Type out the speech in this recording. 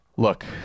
look